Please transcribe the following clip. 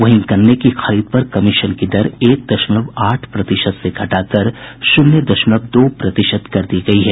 वहीं गन्ने की खरीद पर कमीशन की दर एक दशमलव आठ प्रतिशत से घटाकर शून्य दशमलव दो प्रतिशत कर दी गयी है